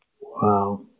Wow